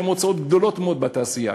שהן הוצאות גדולות מאוד בתעשייה.